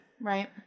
Right